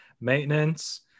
maintenance